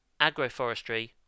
agroforestry